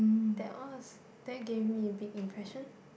that was that gave me a big impression